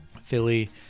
Philly